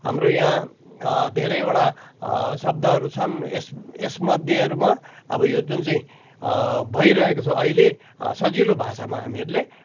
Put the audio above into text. हाम्रो यहाँ धेरैवटा शब्दहरू छन् यस यसमध्येहरूमा अब यो जुन चाहिँ भइरहेको छ अहिले सजिलो भाषामा हामीहरूले